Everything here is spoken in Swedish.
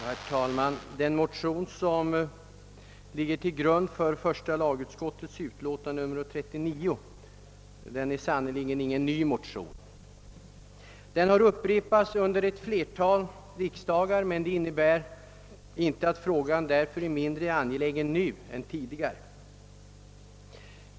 Herr talman! Den motion som ligger till grund för första lagutskottets utlåtande nr 39 är sannerligen inte ny. Den har upprepats under ett flertal riksdagar, men det innebär inte att frågan därför är mindre angelägen nu än tidigare.